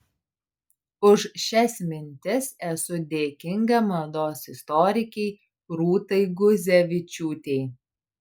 už šias mintis esu dėkinga mados istorikei rūtai guzevičiūtei